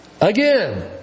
again